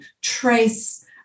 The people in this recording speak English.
trace